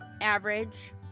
average